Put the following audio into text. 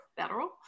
federal